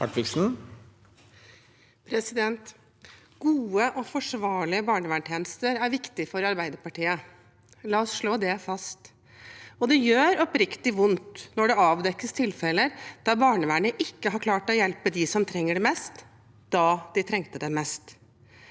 Hartviksen (A) Gode og forsvarlige barnevernstjenester er viktig for Arbeiderpartiet. La oss slå det fast. Det gjør oppriktig vondt når det avdekkes tilfeller der barnevernet ikke har klart å hjelpe dem som trenger det mest da de trengte det mest.